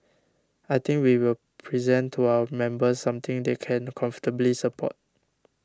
I think we will present to our members something they can comfortably support